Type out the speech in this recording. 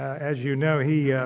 as you know, he yeah